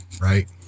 Right